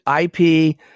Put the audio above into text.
IP